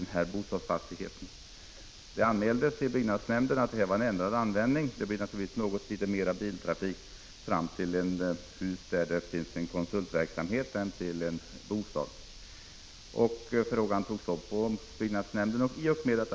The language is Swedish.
Någon anmälde till byggnadsnämnden att fastigheten hade ändrad användning — det blir naturligtvis något mera biltrafik från och till ett hus där det finns en konsultverksamhet än till en fastighet som används som bostad.